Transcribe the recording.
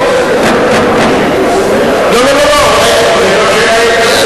זה לא שאלה הלכתית.